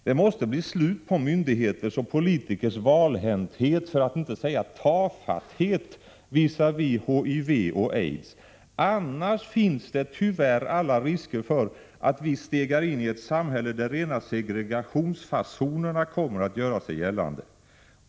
Det måste bli slut på myndigheters och politikers valhänthet, för att inte säga tafatthet, visavi HIV och aids. Annars finns tyvärr alla risker för att vi stegar in i ett samhälle där rena segregationsfasonerna kommer att göra sig gällande.